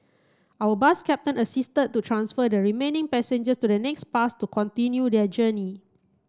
our bus captain assisted to transfer the remaining passengers to the next bus to continue their journey